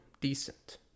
decent